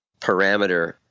parameter